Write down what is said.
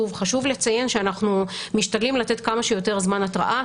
חשוב לציין שאנחנו משתדלים לתת כמה שיותר זמן התרעה.